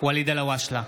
ואליד אלהואשלה,